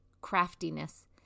craftiness